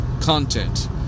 content